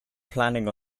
planning